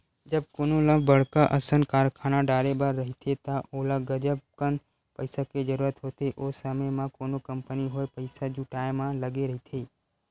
जब कोनो ल बड़का असन कारखाना डाले बर रहिथे त ओला गजब कन पइसा के जरूरत होथे, ओ समे म कोनो कंपनी होय पइसा जुटाय म लगे रहिथे